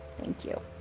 thank you.